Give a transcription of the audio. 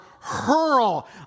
hurl